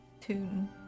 tune